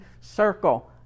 circle